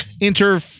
inter